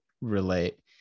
relate